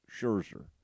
Scherzer